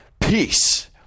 peace